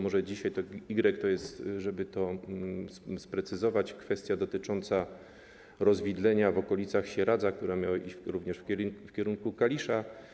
Może dzisiaj igrek to jest, żeby to sprecyzować, kwestia dotycząca rozwidlenia w okolicach Sieradza, które miało iść również w kierunku Kalisza.